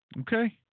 okay